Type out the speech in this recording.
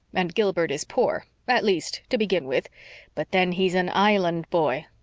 and gilbert is poor at least, to begin with but then he's an island boy.